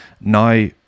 now